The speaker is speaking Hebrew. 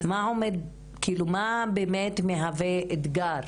מה עומד, מה באמת מהווה אתגר